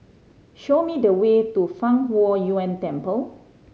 show me the way to Fang Huo Yuan Temple